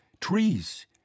Trees